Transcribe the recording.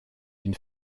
une